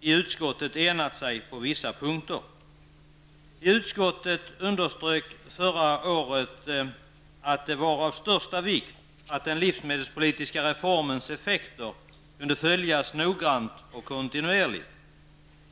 därför i utskottet enat sig på vissa punkter. Utskottet underströk förra året att det var av största vikt att den livsmedelspolitiska reformens effekter kunde följas noggrant och kontinuerligt.